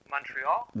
Montreal